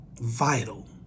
Vital